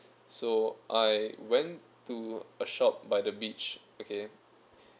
so I went to a shop by the beach okay